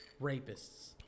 rapists